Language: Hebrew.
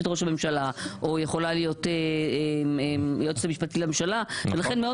הממשלה או יכולה להיות היועצת המשפטית לממשלה ולכן מאוד